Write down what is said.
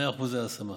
מאה אחוזי השמה.